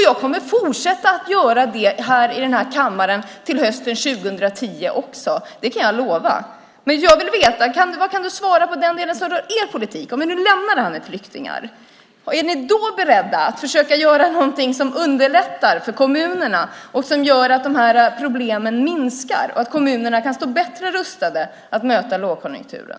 Jag kommer att fortsätta att göra det här i kammaren fram till hösten 2010. Det kan jag lova. Jag vill veta vad du kan svara på den del som rör er politik. Om vi nu lämnar det här med flyktingar - är ni beredda att försöka göra någonting som underlättar för kommunerna och som gör att problemen minskar och att kommunerna kan stå bättre rustade att möta lågkonjunkturen?